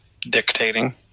dictating